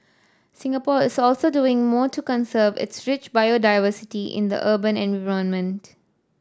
Singapore is also doing more to conserve its rich biodiversity in the urban